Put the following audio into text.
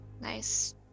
nice